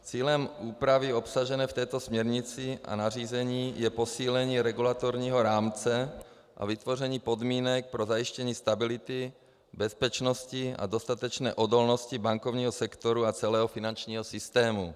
Cílem úpravy obsažené v této směrnici a nařízení je posílení regulatorního rámce a vytvoření podmínek pro zajištění stability, bezpečnosti a dostatečné odolnosti bankovního sektoru a celého finančního systému.